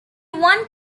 one